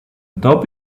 atop